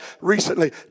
recently